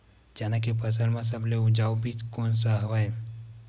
चना के फसल म सबले उपजाऊ बीज कोन स हवय?